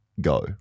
go